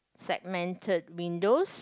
segmented windows